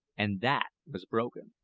and that was broken.